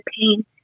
pain